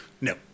No